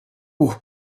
اُه